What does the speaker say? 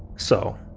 so,